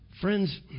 Friends